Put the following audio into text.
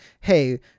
hey